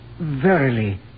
Verily